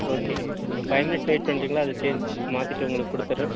okay ஒரு five minutes wait பண்ணுறிங்களா அது சேஞ்ச் மாற்றிட்டு உங்களுக்கு கொடுத்துர்றேன்